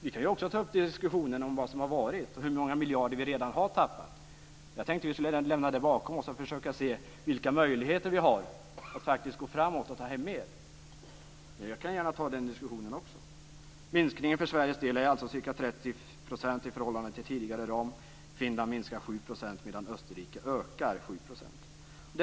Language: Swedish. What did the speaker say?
Vi kan också ta upp en diskussion om vad som har varit och hur många miljarder vi redan har tappat. Jag tänkte att vi skulle lämna det bakom oss och försöka se vilka möjligheter vi har att faktiskt gå framåt och ta hem mer. Jag kan gärna ta den diskussionen också. Minskningen för Sveriges del är alltså ca 30 % i förhållande till tidigare ram, för Finland ca 7 %, medan Österrike ökar sin del med 7 %.